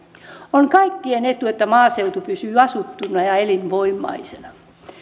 on kaikkien etu että maaseutu pysyy asuttuna ja elinvoimaisena